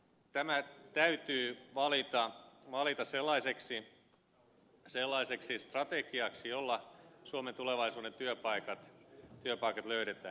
tämä täytyy valita sellaiseksi strategiaksi jolla suomen tulevaisuuden työpaikat löydetään